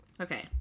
okay